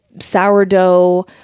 sourdough